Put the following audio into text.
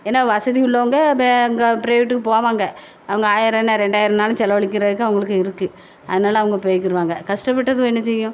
ஏன்னால் வசதி உள்ளவங்க பே அங்கே ப்ரைவேட்டுக்கு போவாங்க அவங்க ஆயிரம் என்ன ரெண்டாயிரம்னாலும் செலவழிக்குறதுக்கு அவங்களுக்கு இருக்குது அதனால் அவங்க போய்க்கிறாங்க கஷ்டப்பட்டதுவோ என்ன செய்யும்